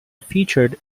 featured